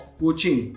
coaching